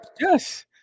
Yes